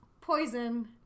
poison